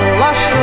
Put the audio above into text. lush